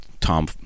tom